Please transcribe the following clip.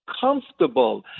comfortable